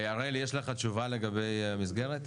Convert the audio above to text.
הראל יש לך תשובה לגבי המסגרת?